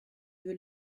veux